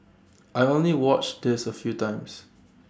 I only watched this A few times